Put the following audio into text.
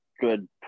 good